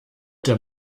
der